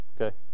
okay